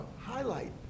highlight